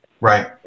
Right